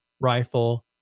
rifle